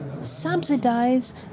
subsidize